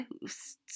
Ghosts